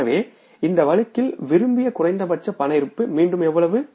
எனவே இந்த வழக்கில்விரும்பிய குறைந்தபட்ச ரொக்க இருப்பு மீண்டும் எவ்வளவு